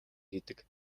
хийдэг